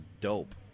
dope